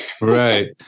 Right